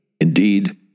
Indeed